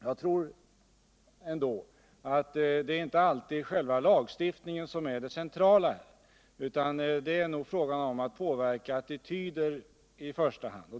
Jag tror ändå att det inte alltid är själva lagstiftningen som utgör den centrala lösningen av problemet, utan att det mera är fråga om att kunna påverka attityderna i första hand.